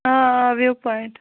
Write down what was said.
آ ah view point